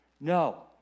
no